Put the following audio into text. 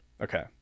Okay